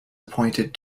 appointed